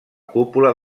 cúpula